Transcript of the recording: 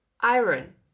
iron